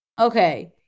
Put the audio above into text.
okay